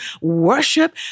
worship